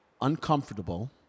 uncomfortable